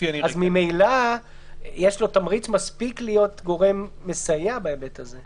ממילא יש לו תמריץ מספיק להיות גורם מסייע בהיבט הזה.